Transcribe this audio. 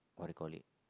what do you call it